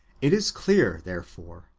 it is clear, therefore,